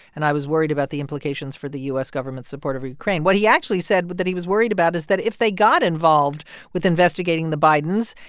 and i was worried about the implications for the u s. government's support of ukraine. what he actually said that he was worried about is that if they got involved with investigating the bidens,